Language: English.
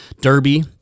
Derby